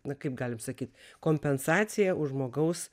na kaip galim sakyt kompensacija už žmogaus